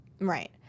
right